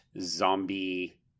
zombie